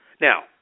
Now